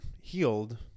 healed